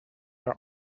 are